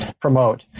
promote